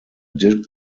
dictionary